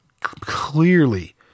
Clearly